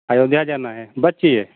अयोध्या जाना है बच्चे